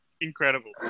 incredible